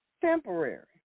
Temporary